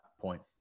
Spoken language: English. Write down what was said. point